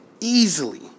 Easily